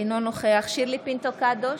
אינו נוכח שירלי פינטו קדוש,